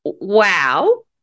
Wow